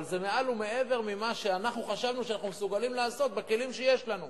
אבל זה מעל ומעבר למה שחשבנו שאנחנו מסוגלים לעשות בכלים שיש לנו,